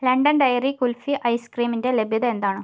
London dairy kulfi ഐസ്ക്രീമിന്റെ ലഭ്യത എന്താണ്